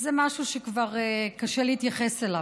זה משהו שכבר קשה להתייחס אליו.